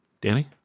Danny